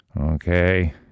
Okay